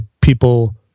people